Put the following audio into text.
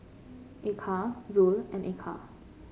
Eka Zul and Eka